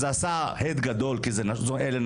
אז זה עשה הד גדול כי זה --- לנשים,